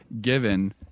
given